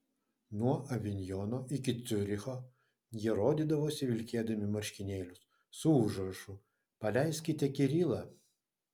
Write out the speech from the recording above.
nuo avinjono iki ciuricho jie rodydavosi vilkėdami marškinėlius su užrašu paleiskite kirilą